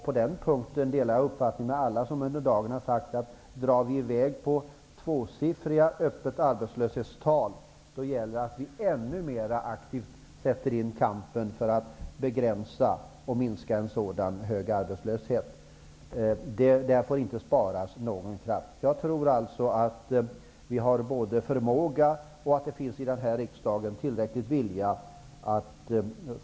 På den punkten har jag samma uppfattning som alla de talare som under dagen har sagt att det gäller att kämpa ännu mer aktivt för att begränsa arbetslösheten, om den öppna arbetslösheten drar i väg mot tvåsiffriga tal. Där får ingen kraft sparas. Jag tror att vi har både förmåga och tillräcklig vilja i denna riksdag för det.